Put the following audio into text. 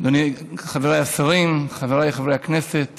חבריי השרים, חבריי חברי הכנסת